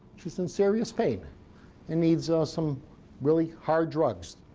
she's in serious pain and needs some really hard drugs